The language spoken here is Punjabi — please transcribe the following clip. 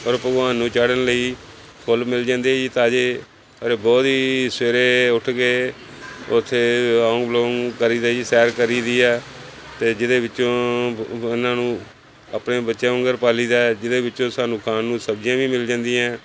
ਔਰ ਭਗਵਾਨ ਨੂੰ ਚਾੜ੍ਹਨ ਲਈ ਫੁੱਲ ਮਿਲ ਜਾਂਦੇ ਜੀ ਤਾਜ਼ੇ ਔਰ ਬਹੁਤ ਹੀ ਸਵੇਰੇ ਉੱਠ ਕੇ ਉੱਥੇ ਅਨੁਲੋਮ ਵਿਲੋਮ ਕਰੀਦਾ ਜੀ ਸੈਰ ਕਰੀ ਦੀ ਹੈ ਅਤੇ ਜਿਹਦੇ ਵਿੱਚੋਂ ਉਹਨਾਂ ਨੂੰ ਆਪਣੇ ਬੱਚਿਆਂ ਵੰਗਰ ਪਾਲੀ ਦਾ ਜਿਹਦੇ ਵਿੱਚੋਂ ਸਾਨੂੰ ਖਾਣ ਨੂੰ ਸਬਜ਼ੀਆਂ ਵੀ ਮਿਲ ਜਾਂਦੀਆਂ